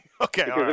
Okay